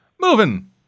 moving